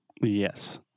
Yes